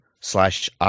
slash